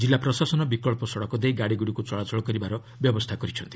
କିଲ୍ଲା ପ୍ରଶାସନ ବିକ୍ସ ସଡ଼କ ଦେଇ ଗାଡ଼ିଗୁଡ଼ିକୁ ଚଳାଚଳ କରିବାର ବ୍ୟବସ୍ଥା କରିଛନ୍ତି